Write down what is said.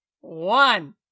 One